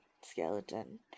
skeleton